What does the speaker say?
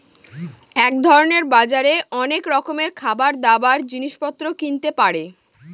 এক ধরনের বাজারে অনেক রকমের খাবার, দাবার, জিনিস পত্র কিনতে পারে